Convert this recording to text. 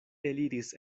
eliris